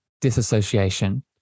disassociation